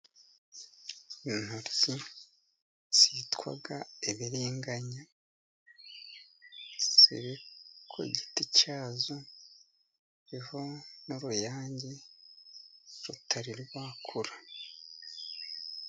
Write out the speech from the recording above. Intoryi zitwa ibibiriganya. Ziri ku giti cyazo zo n'uruyange rutari rwakura.